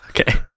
Okay